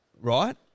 right